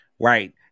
Right